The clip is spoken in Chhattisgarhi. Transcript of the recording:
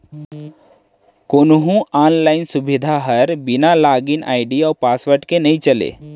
कोहूँ आनलाइन सुबिधा हर बिना लॉगिन आईडी अउ पासवर्ड के नइ चलय